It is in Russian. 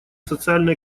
социально